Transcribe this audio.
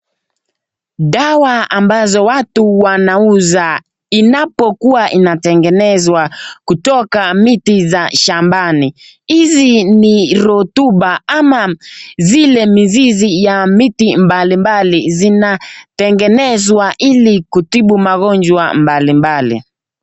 Dawa ambazo watu wanauza inapokuwa inatengenezwa kutoka miti za shambani. Hizi ni rotuba ama zile mizizi ya miti mbalimbali, zinatengenezwa ili kutibu magonjwa mbalimbali.